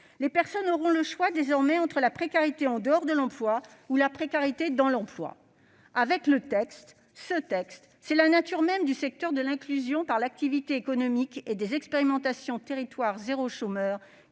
Les personnes auront le choix, désormais, entre la précarité en dehors de l'emploi et la précarité dans l'emploi ... Avec ce texte, c'est la nature même du secteur de l'inclusion par l'activité économique et des expérimentations « territoires zéro chômeur